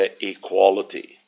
equality